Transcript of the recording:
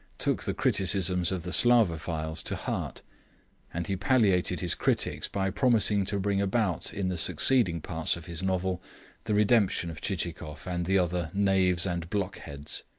took the criticisms of the slavophiles to heart and he palliated his critics by promising to bring about in the succeeding parts of his novel the redemption of chichikov and the other knaves and blockheads.